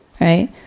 Right